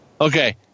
Okay